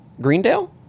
Greendale